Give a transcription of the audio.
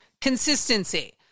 consistency